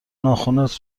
ناخنت